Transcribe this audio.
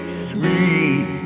sweet